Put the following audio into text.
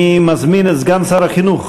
אני מזמין את סגן שר החינוך,